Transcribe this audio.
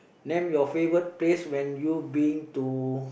name your favourite place when you been to